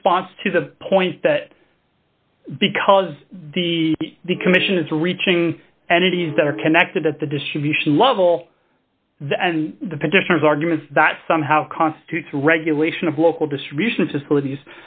response to the point that because the the commission is reaching and it is better connected at the distribution level the and the petitioners arguments that somehow constitutes regulation of local distribution facilities